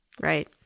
Right